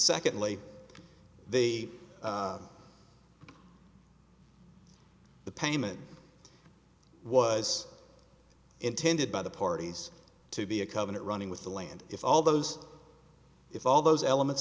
secondly they the payment was intended by the parties to be a covenant running with the land if all those if all those elements